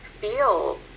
feel